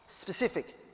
Specific